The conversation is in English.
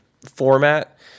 format